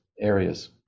areas